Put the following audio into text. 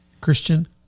Christian